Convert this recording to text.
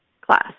class